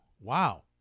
wow